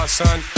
son